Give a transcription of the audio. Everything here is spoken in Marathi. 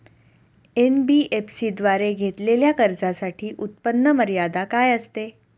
एन.बी.एफ.सी द्वारे घेतलेल्या कर्जासाठी उत्पन्न मर्यादा काय असते?